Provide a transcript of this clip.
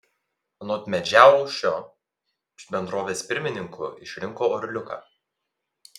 anot medžiaušio bendrovės pirmininku išrinko orliuką